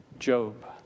Job